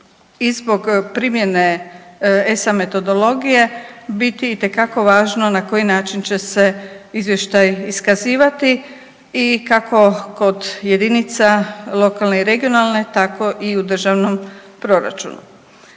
i zbog primjene ESA metodologije biti itekako važno na koji način će se izvještaj iskazivati i kako kod jedinica lokalne i regionalne tako i u državnom proračunu.